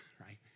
right